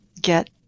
get